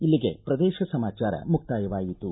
ಇಲ್ಲಿಗೆ ಪ್ರದೇಶ ಸಮಾಚಾರ ಮುಕ್ತಾಯವಾಯಿತು